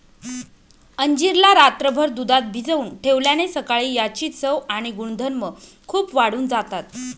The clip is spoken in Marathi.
अंजीर ला रात्रभर दुधात भिजवून ठेवल्याने सकाळी याची चव आणि गुणधर्म खूप वाढून जातात